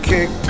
Kick